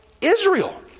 Israel